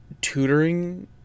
tutoring